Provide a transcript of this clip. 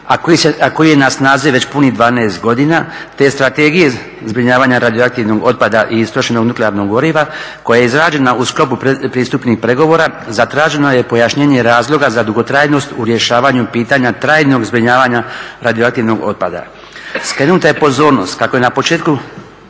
a koji je na snazi već punih 12 godina, te strategije zbrinjavanja radioaktivnog otpada i istrošenog nuklearnog goriva koja je izrađena u sklopu pristupnih pregovora zatraženo je pojašnjenje razloga za dugotrajnost u rješavanju pitanja trajnog zbrinjavanja radioaktivnog otpada. Skrenuta je pozornost kako je na početku